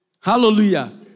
Hallelujah